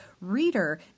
reader